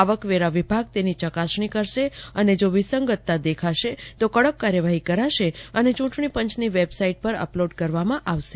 આવકવેરા વિભાગ તેની ચકાસણી કરશે અને જો વિસંગતતાઓ દેખાશે તો કડક કાર્યવાહી કરશે અને ચુંટણીપંચની વેબસાઈટ પર અપલોડ કરવામાં આવશે